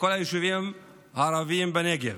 בכל היישובים הערביים בנגב.